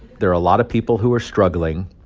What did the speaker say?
there are a lot of people who are struggling,